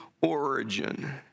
origin